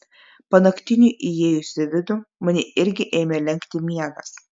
panaktiniui įėjus į vidų mane irgi ėmė lenkti miegas